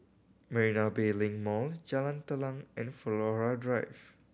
Marina Bay Link Mall Jalan Telang and Flora Drive